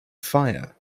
fire